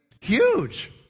huge